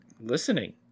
listening